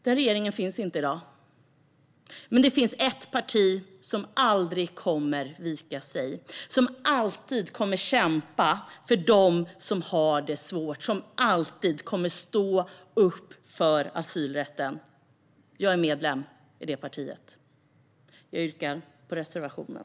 Den regeringen finns inte i dag. Men det finns ett parti som aldrig kommer att vika sig, som alltid kommer kämpa för dem som har det svårt och som alltid kommer att stå upp för asylrätten. Jag är medlem i det partiet. Jag yrkar bifall till reservationen.